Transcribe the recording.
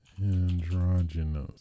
androgynous